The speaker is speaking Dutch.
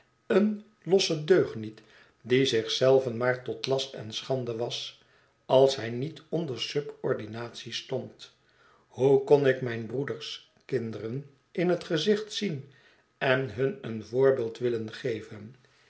een lossen deugniet die zich zelven maar tot last en schande was als hij niet onder subordinatie stond hoe kon ik mijn broeders kinderen in het gezicht zien en hun een voorbeeld willen geven